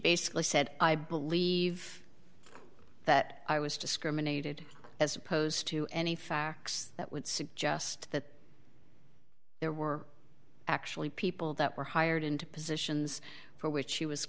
basically said i believe that i was discriminated as opposed to any facts that would suggest that there were actually people that were hired into positions for which she was